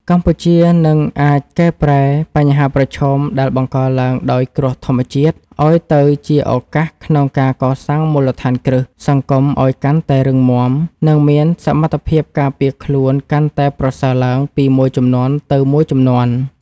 កម្ពុជានឹងអាចប្រែក្លាយបញ្ហាប្រឈមដែលបង្កឡើងដោយគ្រោះធម្មជាតិ ឱ្យទៅជាឱកាសក្នុងការកសាងមូលដ្ឋានគ្រឹះសង្គមឱ្យកាន់តែរឹងមាំ និងមានសមត្ថភាពការពារខ្លួនកាន់តែប្រសើរឡើងពីមួយជំនាន់ទៅមួយជំនាន់។